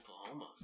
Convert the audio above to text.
Oklahoma